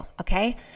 okay